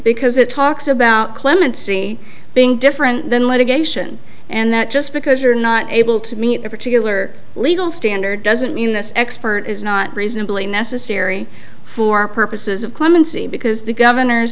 because it talks about clemency being different than litigation and that just because you're not able to meet a particular legal standard doesn't mean this expert is not reasonably necessary for purposes of clemency because the governor's